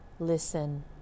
listen